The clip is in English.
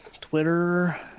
Twitter